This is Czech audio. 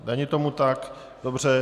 Není tomu tak, dobře.